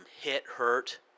hit-hurt